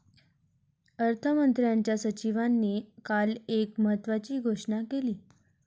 अर्थमंत्र्यांच्या सचिवांनी काल एक महत्त्वाची घोषणा केली